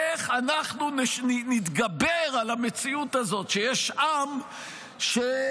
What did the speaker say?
איך אנחנו נתגבר על המציאות הזאת שיש עם שבוחר?